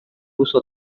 uso